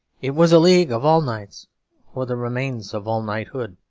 it was a league of all knights for the remains of all knighthood,